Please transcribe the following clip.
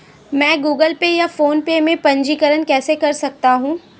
मैं Google Pay या PhonePe में पंजीकरण कैसे कर सकता हूँ?